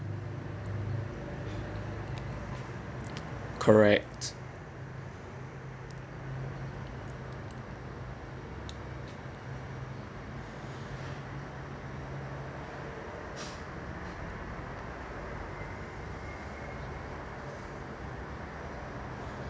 correct